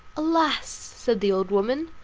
alas! said the old woman,